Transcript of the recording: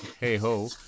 hey-ho